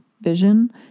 vision